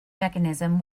mechanism